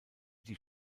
die